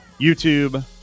YouTube